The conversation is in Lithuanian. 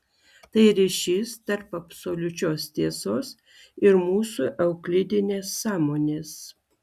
tai ryšys tarp absoliučios tiesos ir mūsų euklidinės sąmonės